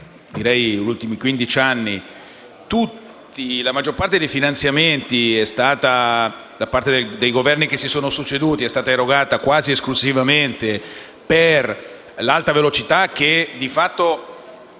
degli ultimi quindici anni, la maggior parte dei finanziamenti da parte dei Governi che si sono succeduti è stata erogata quasi esclusivamente per l'alta velocità. Di fatto,